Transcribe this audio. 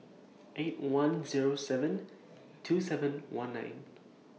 eight one Zero seven two seven one nine